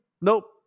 nope